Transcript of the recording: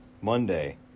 Monday